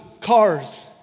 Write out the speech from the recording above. cars